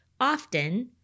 often